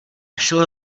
šel